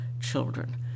children